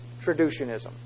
traducianism